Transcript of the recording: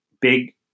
big